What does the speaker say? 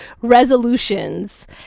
resolutions